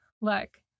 look